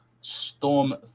Storm